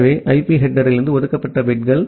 எனவே ஐபி ஹெட்டெர்லிருந்து ஒதுக்கப்பட்ட பிட்கள்